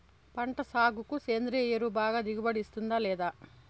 పంట సాగుకు సేంద్రియ ఎరువు బాగా దిగుబడి ఇస్తుందా లేదా